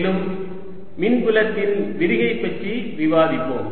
மேலும் மின்புலத்தின் விரிகை பற்றி விவாதிப்போம்